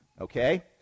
okay